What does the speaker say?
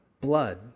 blood